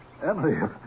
Emily